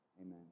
Amen